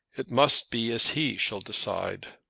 it must be as he shall decide.